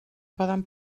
poden